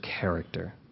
character